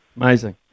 Amazing